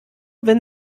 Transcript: wenn